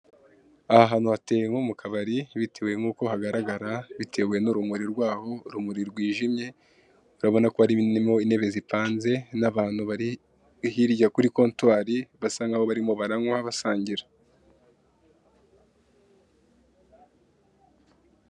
Aha hantu hateye nko mukabari bitewe nk 'uko hagaragara bitewe n'urumuri rwaho ,urumuri rwijimye urabonako harimo intebe zipanze, n' abantu bari hirya kuri kontwari basa nk'aho barimo baranywa basangira.